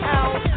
out